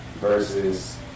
versus